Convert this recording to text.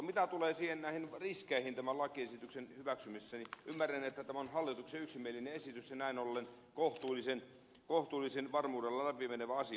mitä tulee näihin riskeihin tämän lakiesityksen hyväksymisessä niin ymmärrän että tämä on hallituksen yksimielinen esitys ja näin ollen kohtuullisella varmuudella läpi menevä asia